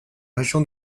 région